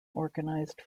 organised